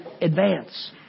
advance